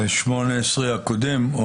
זה 18 הקודם?